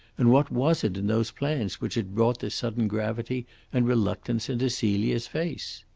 and what was it in those plans which had brought the sudden gravity and reluctance into celia's face?